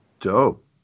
Dope